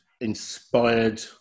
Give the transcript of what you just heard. inspired